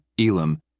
Elam